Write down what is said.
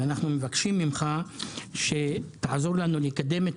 ואנחנו מבקשים ממך שתעזור לנו לקדם את